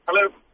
Hello